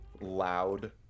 loud